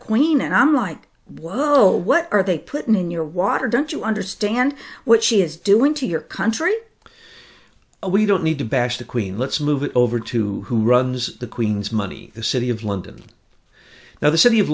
queen and i'm like whoa what are they putting in your water don't you understand what she is doing to your country we don't need to bash the queen let's move it over to who runs the queen's money the city of london now the city of